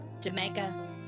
Jamaica